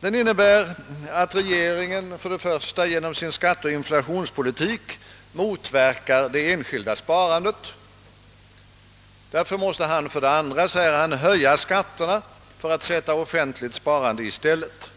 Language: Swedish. Den innebär för det första att regeringen genom sin skatteoch inflationspolitik motverkar det enskilda sparadet. Därför måste man för det andra, säger herr Sträng, höja skatterna för att sätta offentligt sparande i stället.